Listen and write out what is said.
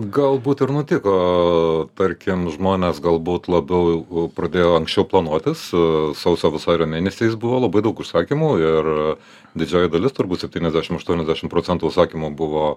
galbūt ir nutiko tarkim žmonės galbūt labiau pradėjo anksčiau planuotis sausio vasario mėnesiais buvo labai daug užsakymų ir didžioji dalis turbūt septyniasdešim aštuoniasdešim procentų užsakymų buvo